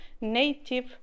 native